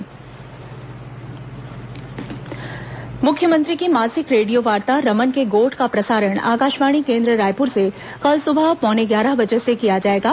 रमन के गोठ मुख्यमंत्री की मासिक रेडियो वार्ता रमन के गोठ का प्रसारण आकाशवाणी केंद्र रायपुर से कल सुबह पौने ग्यारह बजे से किया जाएगा